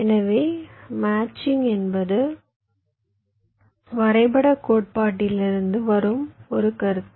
எனவே மேட்சிங் என்பது வரைபடக் கோட்பாட்டிலிருந்து வரும் ஒரு கருத்து